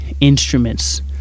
instruments